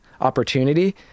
opportunity